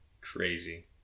crazy